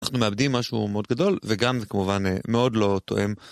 אנחנו מאבדים משהו מאוד גדול, וגם זה כמובן מאוד לא תואם.